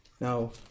Now